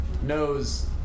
knows